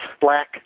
black